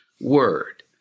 word